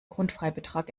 grundfreibetrag